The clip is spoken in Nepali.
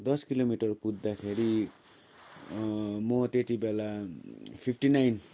दस किलोमिटर कुद्दाखेरि म त्यति बेला फिफ्टी नाइन